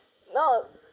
no